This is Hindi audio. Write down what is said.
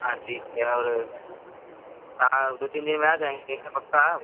हाँ ठीक है और आप दो तीन दिन में आ जाएँगे न पक्का आप